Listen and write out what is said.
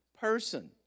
person